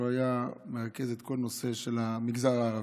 שהיה מרכז של כל נושא המגזר הערבי.